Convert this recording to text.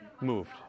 moved